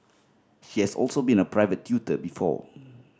she has also been a private tutor before